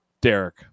Derek